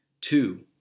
Two